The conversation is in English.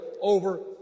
over